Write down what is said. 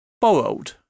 borrowed